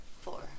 four